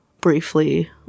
briefly